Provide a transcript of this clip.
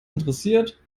interessiert